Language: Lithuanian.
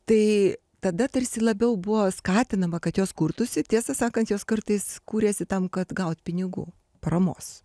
tai tada tarsi labiau buvo skatinama kad jos kurtųsi tiesą sakant jos kartais kūrėsi tam kad gaut pinigų paramos